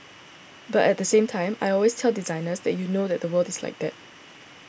but at the same time I always tell designers that you know that the world is like that